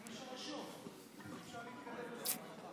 אני רוצה להגיד כמה מילים.